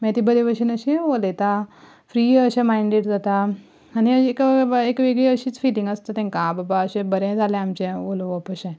मागीर तीं बरे भशेन अशीं उलयता फ्री अशें मांयडेड जाता आनी एक व एक वेगळी अशीच फिलींग आसता तेंका आं बाबा अशें बरें जालें आमचें उलोवप अशें